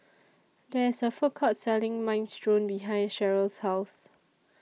There IS A Food Court Selling Minestrone behind Cheryll's House